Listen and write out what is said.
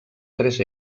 tres